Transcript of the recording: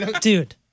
dude